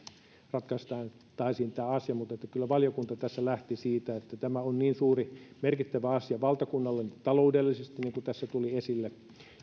ratkaistaan tämä asia mutta kyllä valiokunta tässä lähti siitä että tämä on niin suuri merkittävä asia valtakunnalle taloudellisesti niin kuin tässä tuli esille